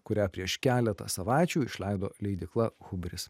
kurią prieš keletą savaičių išleido leidykla hubris